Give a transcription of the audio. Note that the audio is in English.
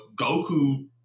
Goku